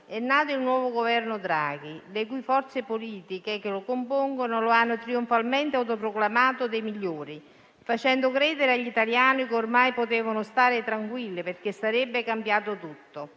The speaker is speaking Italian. È nato il nuovo Governo Draghi e le forze politiche che lo compongono lo hanno trionfalmente autoproclamato Governo dei migliori, facendo credere agli italiani che ormai potevano stare tranquilli, perché sarebbe cambiato tutto.